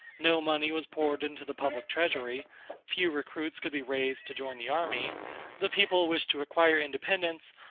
no money was poured into the public treasury few recruits could be raised to join the army the people wished to acquire independence,